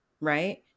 right